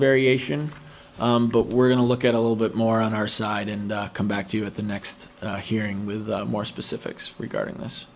variation but we're going to look at a little bit more on our side and come back to you at the next hearing with more specifics regarding this